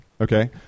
okay